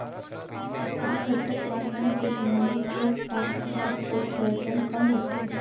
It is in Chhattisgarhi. का खरपतवार मन के निंदाई से वाष्पोत्सर्जन कम होथे?